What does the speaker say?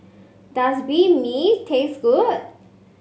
does Banh Mi taste good